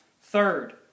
Third